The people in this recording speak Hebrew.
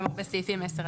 בסעיפים (13)-(10),